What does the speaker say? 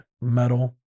Metal